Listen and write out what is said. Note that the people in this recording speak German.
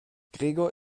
gregor